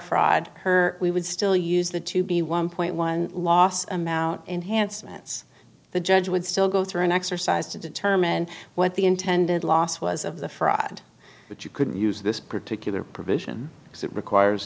fraud her we would still use the to be one point one last amount enhancements the judge would still go through an exercise to determine what the intended loss was of the fraud but you couldn't use this particular provision because it requires